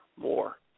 more